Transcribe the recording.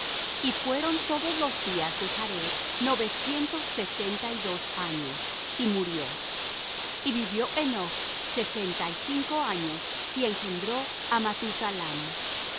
y fueron todos los días de jared novecientos sesenta y dos años y murió y vivió henoch sesenta y cinco años y engendró á